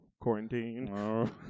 Quarantine